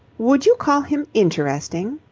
would you call him interesting?